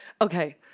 Okay